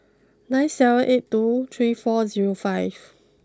nine seven eight two three four zero five